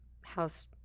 house